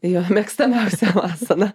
jo mėgstamiausia asana